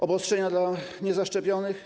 Obostrzenia dla niezaszczepionych?